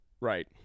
Right